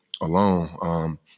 alone—